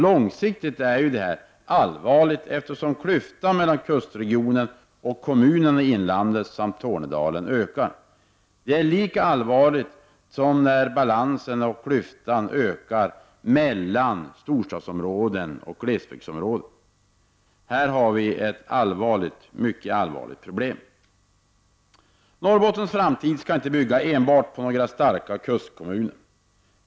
Långsiktigt är det allvarligt, eftersom klyftan mellan kustregionen och kommunerna i inlandet samt Tornedalen ökar. Det är lika allvarligt som när obalansen och klyftorna ökar mellan storstadsområden och landsbygdsområden, Här har vi ett mycket allvarligt problem. Norrbottens framtid skall inte bygga enbart på några starka kustkommu ner.